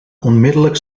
onmiddellijk